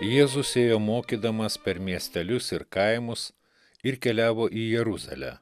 jėzus ėjo mokydamas per miestelius ir kaimus ir keliavo į jeruzalę